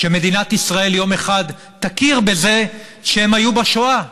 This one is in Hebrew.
שמדינת ישראל יום אחד תכיר בזה שהם היו בשואה: